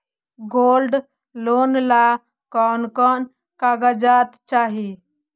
Gold loan ला कौन कौन कागजात चाही?